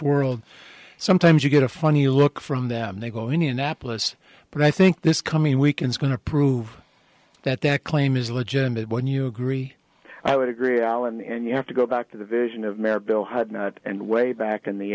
world sometimes you get a funny look from them they go indianapolis but i think this coming week is going to prove that that claim is legitimate when you agree i would agree allen and you have to go back to the vision of mayor bill had not and way back in the